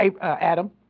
Adam